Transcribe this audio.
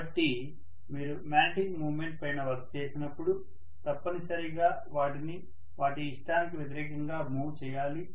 కాబట్టి మీరు magnetic moment పైన వర్క్ చేసినప్పుడు తప్పనిసరిగా వాటిని వాటి ఇష్టానికి వ్యతిరేకంగా మూవ్ చేయాలి